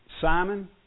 Simon